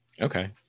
Okay